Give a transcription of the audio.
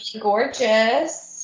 gorgeous